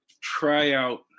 tryout